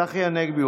צחי הנגבי,